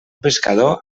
pescador